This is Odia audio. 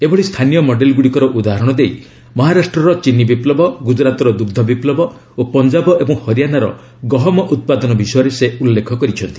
ଏଭଳି ସ୍ଥାନୀୟ ମଡେଲ ଗୁଡ଼ିକର ଉଦାହରଣ ଦେଇ ମହାରାଷ୍ଟ୍ରର ଚିନି ବିପ୍ଲବ ଗୁଜରାତର ଦୁଗ୍ଧ ବିପ୍ଲବ ଓ ପଞ୍ଜାବ ଏବଂ ହରିୟାନାର ଗହମ ଉତ୍ପାଦନ ବିଷୟରେ ସେ ଉଲ୍ଲେଖ କରିଛନ୍ତି